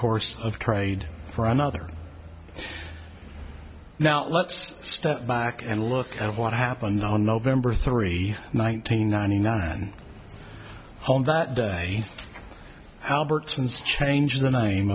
course of trade for another now let's step back and look at what happened on november three nineteen ninety nine home that day albertson's change the name